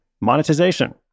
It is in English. monetization